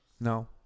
No